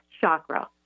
chakra